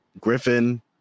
Griffin